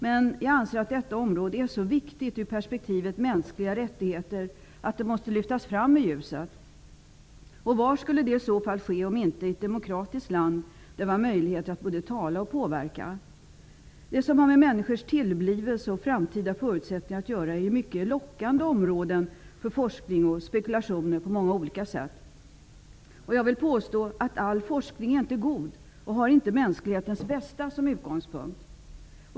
Men jag anser att detta område är så viktigt ur perspektivet mänskliga rättigheter att det måste lyftas fram i ljuset. Och var skulle det i så fall ske om inte i ett demokratiskt land där vi har möjligheter att både tala och påverka? Det som har med människors tillblivelse och framtida förutsättningar att göra är mycket lockande områden för forskning och spekulationer på många olika sätt. Jag vill påstå att all forskning inte är god och inte har mänsklighetens bästa som utgångspunkt.